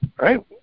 right